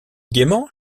gaiement